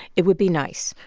it would be nice.